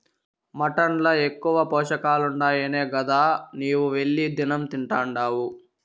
mutton ల ఎక్కువ పోషకాలుండాయనే గదా నీవు వెళ్లి దినం తింటున్డావు